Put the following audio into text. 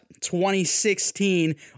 2016